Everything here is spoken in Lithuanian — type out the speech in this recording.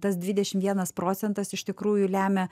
tas dvidešim vienas procentas iš tikrųjų lemia